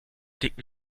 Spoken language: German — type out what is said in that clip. dicken